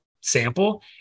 sample